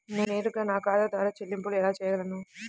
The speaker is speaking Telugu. నేను నేరుగా నా ఖాతా ద్వారా చెల్లింపులు ఎలా చేయగలను?